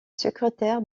secrétaire